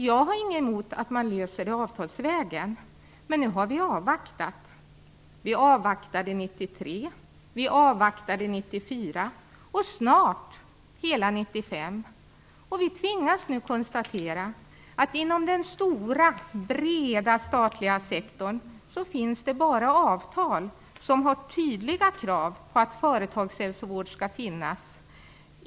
Jag har inget emot att man löser detta avtalsvägen, men vi har avvaktat under 1993 och 1994 liksom snart under hela 1995, och vi tvingas nu konstatera att det inom den stora och breda statliga sektorn bara för kraftverksområdet och byggbranschen existerar avtal med tydliga krav på att företagshälsovård skall finnas.